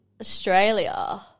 Australia